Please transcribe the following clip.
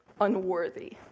unworthy